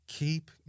Keep